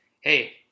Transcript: Hey